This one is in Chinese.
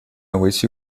围棋